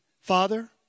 Father